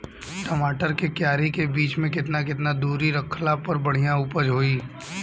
टमाटर के क्यारी के बीच मे केतना केतना दूरी रखला पर बढ़िया उपज होई?